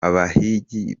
abahigi